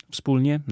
Wspólnie